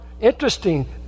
Interesting